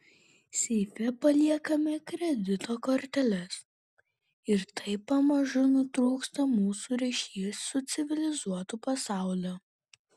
seife paliekame kredito korteles ir taip pamažu nutrūksta mūsų ryšys su civilizuotu pasauliu